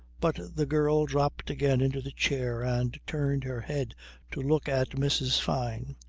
but the girl dropped again into the chair and turned her head to look at mrs. fyne.